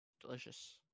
delicious